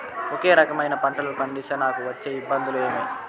ఒకే రకమైన పంటలని పండిస్తే నాకు వచ్చే ఇబ్బందులు ఏమి?